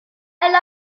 elle